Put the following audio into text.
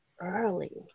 early